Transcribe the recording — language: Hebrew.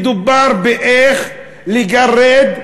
מדובר באיך לגרד,